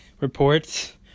reports